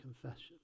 confession